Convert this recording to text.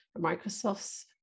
Microsoft's